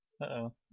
Uh-oh